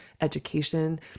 education